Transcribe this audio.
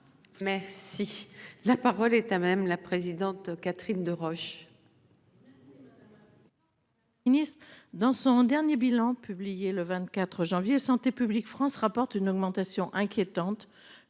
Merci. La parole est à même la présidente Catherine Deroche.